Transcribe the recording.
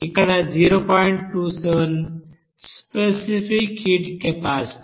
27 specific heat capacity